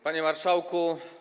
Panie Marszałku!